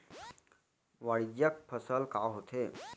वाणिज्यिक फसल का होथे?